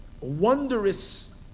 wondrous